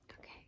okay